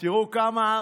תראו כמה,